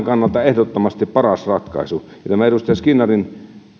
kannalta ehdottomasti paras ratkaisu tämä edustaja skinnarin